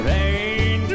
Rain